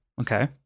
Okay